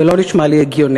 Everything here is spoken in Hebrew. זה לא נשמע לי הגיוני.